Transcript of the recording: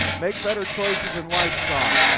make better choices in life, son.